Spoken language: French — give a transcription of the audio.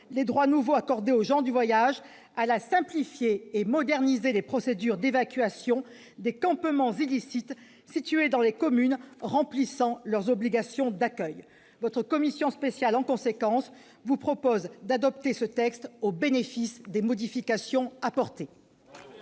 les droits nouveaux accordés aux gens du voyage, elle a simplifié et modernisé les procédures d'évacuation des campements illicites situés dans les communes remplissant leurs obligations d'accueil. Très bien ! La commission spéciale vous propose, mes chers collègues, d'adopter ce texte, au bénéfice des modifications apportées.